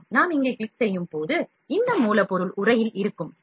ஆம் நாம் இங்கே கிளிக் செய்யும் போது இந்த மூலப்பொருள் உரையில் இருக்கும்